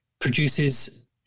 produces